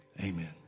Amen